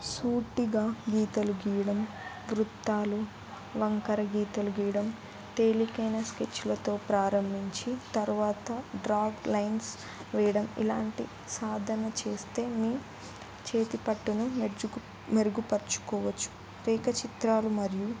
సూటిగా గీతలు గీయడం వృత్తాలు వంకర గీతలు గీయడం తేలికైన స్కెచ్లతో ప్రారంభించి తర్వాత డ్రాప్ లైన్స్ వేయడం ఇలాంటి సాధన చేస్తే మీ చేతి పట్టును మెరుగుపరుచుకోవచ్చు రేఖా చిత్రాలు మరియు